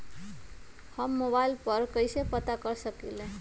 हम मोबाइल पर कईसे पता कर सकींले?